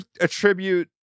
attribute